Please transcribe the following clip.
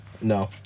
No